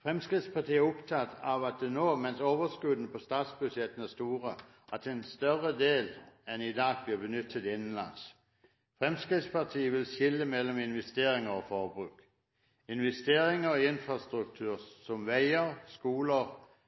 Fremskrittspartiet er opptatt av at nå, mens overskuddene på statsbudsjettene er store, bør en større del enn i dag bli benyttet innenlands. Fremskrittspartiet vil skille mellom investeringer og forbruk – investeringer i